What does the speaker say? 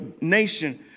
nation